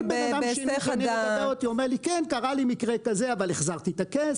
כל בן אדם שני אומר לי שקרה לו מקרה כזה אבל הוא החזיר את הכסף,